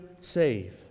save